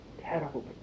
Terrible